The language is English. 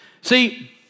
See